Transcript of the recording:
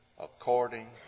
according